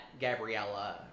Gabriella